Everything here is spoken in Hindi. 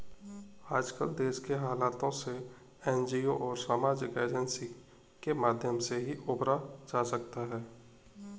आजकल देश के हालातों से एनजीओ और सामाजिक एजेंसी के माध्यम से ही उबरा जा सकता है